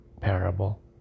Parable